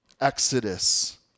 Exodus